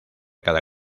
cada